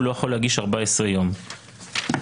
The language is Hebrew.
לא יכול להגיש 14 ימים בקשה נוספת?